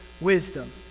wisdom